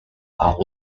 are